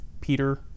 Peter